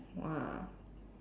!wah!